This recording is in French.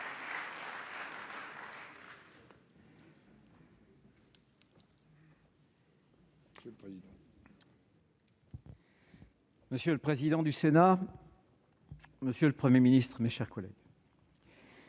Monsieur le président, monsieur le Premier ministre, mes chers collègues,